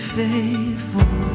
faithful